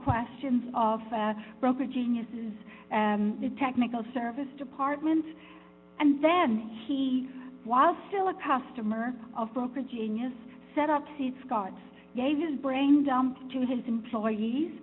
questions of broker geniuses the technical service department and then he was still a customer of broker genius set up see scott's gave his brain dump to his employees